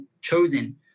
chosen